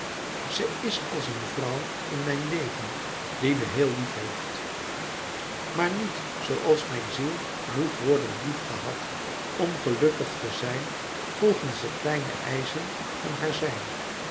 ze is als een vrouw in mijn leven die me heel lief heeft maar niet zooals mijn ziel moet worden liefgehad om gelukkig te zijn volgens de kleine eischen van haar zijn